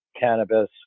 cannabis